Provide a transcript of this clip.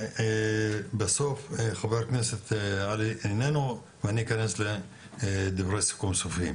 ובסוף חבר הכנסת עלי איננו ואני אכנס לדברי סיכום סופיים,